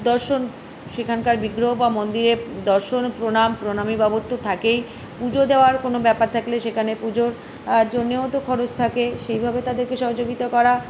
দর্শন সেখানকার বিগ্রহ বা মন্দিরে দর্শন প্রণাম প্রণামী বাবদ তো থাকেই পুজো দেওয়ার কোনো ব্যাপার থাকলে সেখানে পুজোর জন্যেও তো খরচ থাকে সেইভাবে তাদেরকে সহযোগিতা করা